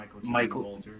Michael